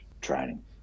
training